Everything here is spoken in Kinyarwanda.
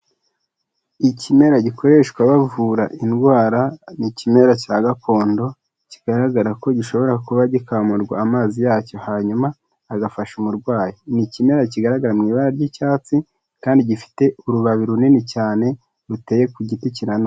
Ikimera gikoreshwa bavura indwara, ni ikimera cya gakondo kigaragara ko gishobora kuba gikamurwamo amazi yacyo, hanyuma agafasha umurwayi. Ni ikimera kigaragara mu ibara ry'icyatsi kandi gifite urubabi runini cyane ruteye ku giti kinanutse.